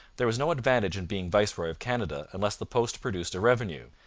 there was no advantage in being viceroy of canada unless the post produced a revenue,